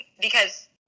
because-